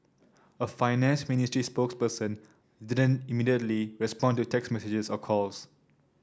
a finance ministry spokesperson didn't immediately respond to text messages or calls